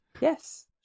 Yes